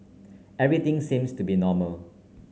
everything seems to be normal